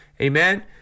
amen